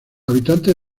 habitantes